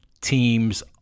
teams